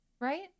Right